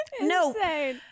No